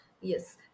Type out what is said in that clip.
yes